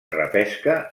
repesca